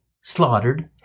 slaughtered